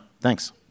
thanks